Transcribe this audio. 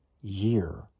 year